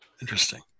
Interesting